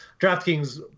DraftKings